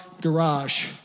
garage